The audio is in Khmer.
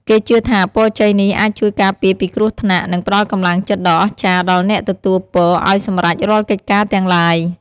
គេជឿថាពរជ័យនេះអាចជួយការពារពីគ្រោះថ្នាក់ និងផ្តល់កម្លាំងចិត្តដ៏អស្ចារ្យដល់អ្នកទទួលពរឲ្យសម្រេចរាល់កិច្ចការទាំងឡាយ។